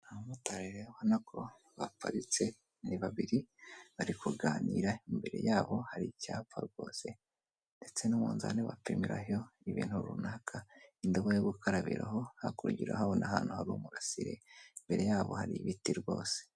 Abamotarr rero ubona ko baparitse ni babiri bari kuganira, imbere yabo hari icyapfa rwose ndetse n'umunzani bapimiraho ibintu runaka, indobo yo gukarabiraho, hakurya urahabona ahantu hari umurasire imbere yabo hari ibiti rwose.